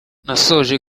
nasoje